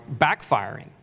backfiring